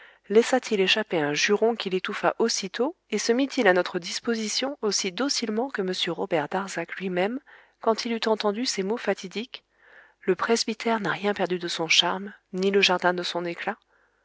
laissa til échapper un juron qu'il étouffa aussitôt et se mit il à notre disposition aussi docilement que m robert darzac luimême quand il eut entendu ces mots fatidiques le presbytère n'a rien perdu de son charme ni le jardin de son éclat